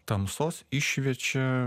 tamsos iššviečia